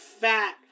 fat